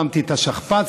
שמתי את השכפ"ץ,